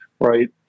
right